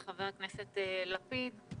חבר הכנסת לפיד, תודה רבה לך.